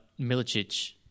Milicic